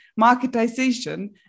marketization